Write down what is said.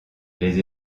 les